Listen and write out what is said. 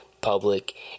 public